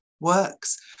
works